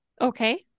Okay